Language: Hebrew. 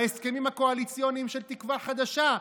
בהסכמים הקואליציוניים של תקווה חדשה,